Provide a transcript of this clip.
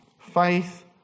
faith